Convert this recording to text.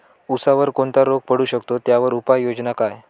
ऊसावर कोणता रोग पडू शकतो, त्यावर उपाययोजना काय?